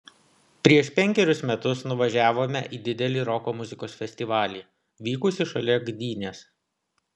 prieš penkerius metus nuvažiavome į didelį roko muzikos festivalį vykusį šalia gdynės